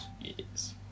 Yes